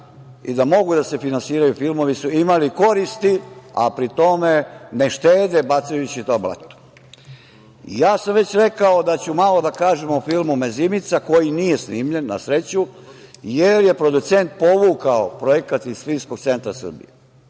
i da mogu da se finansiraju filmovi su imali koristi, a pri tome ne štede bacajući to blato. Ja sam već rekao da ću nešto malo da kažem o filmu „Mezimica“ koji nije snimljen, na sreću, jer je producent povukao projekat iz Filmskog centra Srbije.